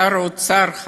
שר האוצר,